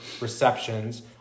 receptions